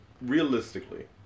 realistically